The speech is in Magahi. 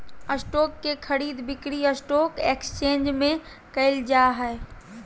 स्टॉक के खरीद बिक्री स्टॉक एकसचेंज में क़इल जा हइ